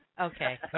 Okay